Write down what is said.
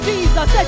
Jesus